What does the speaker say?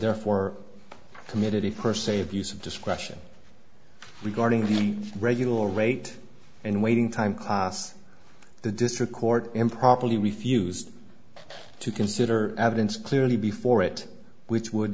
therefore committed if per se abuse of discretion regarding the regular rate and waiting time cos the district court improperly refused to consider evidence clearly before it which would